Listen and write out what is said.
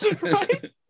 Right